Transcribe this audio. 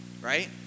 right